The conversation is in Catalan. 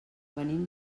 venim